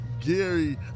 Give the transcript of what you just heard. Gary